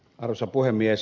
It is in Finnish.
arvoisa puhemies